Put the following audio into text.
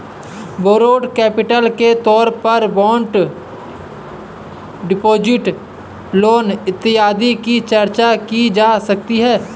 borrowed capital के तौर पर बॉन्ड डिपॉजिट लोन इत्यादि की चर्चा की जा सकती है